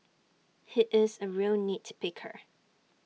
he is A real nit picker